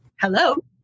hello